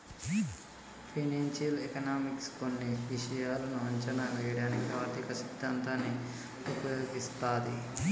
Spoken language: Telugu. ఫైనాన్షియల్ ఎకనామిక్స్ కొన్ని విషయాలను అంచనా వేయడానికి ఆర్థిక సిద్ధాంతాన్ని ఉపయోగిస్తది